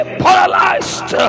paralyzed